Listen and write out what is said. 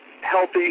healthy